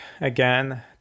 again